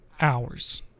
hours